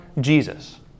Jesus